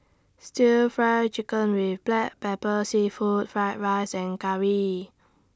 Stir Fry Chicken with Black Pepper Seafood Fried Rice and Curry